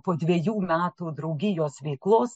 po dviejų metų draugijos veiklos